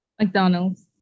McDonald's